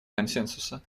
консенсуса